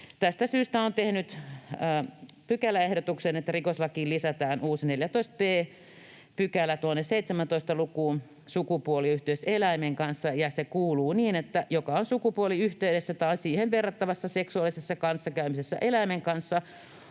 Tästä syystä olen tehnyt pykäläehdotuksen, että rikoslakiin lisätään uusi 14 b § tuonne 17 lukuun ”Sukupuoliyhteys eläimen kanssa”, ja se kuuluu niin, että ”joka on sukupuoliyhteydessä tai siihen verrattavassa seksuaalisessa kanssakäymisessä eläimen kanssa,